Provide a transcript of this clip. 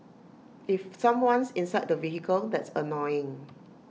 if someone's inside the vehicle that's annoying